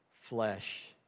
flesh